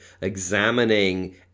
examining